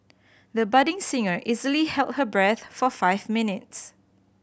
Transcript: the budding singer easily held her breath for five minutes